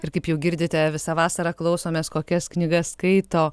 ir kaip jau girdite visą vasarą klausomės kokias knygas skaito